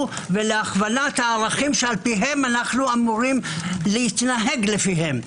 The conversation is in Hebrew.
ולהכוונת הערכים שלפיהם אנו אמורים להתנהג לפיהם.